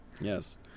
Yes